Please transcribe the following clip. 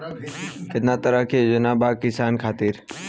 केतना तरह के योजना बा किसान खातिर?